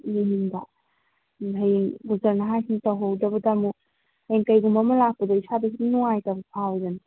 ꯌꯦꯡꯅꯤꯡꯕ ꯎꯝ ꯍꯌꯦꯡ ꯗꯣꯛꯇꯔꯅ ꯍꯥꯏꯁꯤ ꯇꯧꯍꯧꯗꯕꯗ ꯑꯃꯨꯛ ꯍꯌꯦꯡ ꯀꯩꯒꯨꯝꯕ ꯑꯃ ꯂꯥꯛꯄꯗ ꯏꯁꯥꯗꯁꯨ ꯑꯗꯨꯝ ꯅꯨꯡꯉꯥꯏꯇꯕ ꯐꯥꯎꯏꯗꯅ